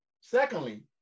Secondly